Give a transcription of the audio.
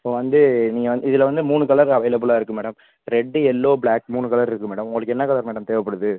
இப்போ வந்து நீங்கள் வந்து மூணு கலரு அவைலபிளாக இருக்குது மேடம் ரெட்டு எல்லோவ் பிளாக் மூணு கலரு இருக்குது மேடம் உங்களுக்கு என்ன கலரு மேடம் தேவைப்படுது